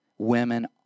Women